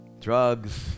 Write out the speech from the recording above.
drugs